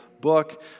book